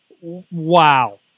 wow